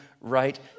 right